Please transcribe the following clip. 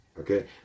Okay